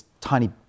tiny